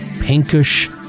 pinkish